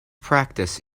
practice